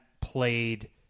played